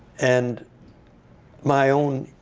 and my own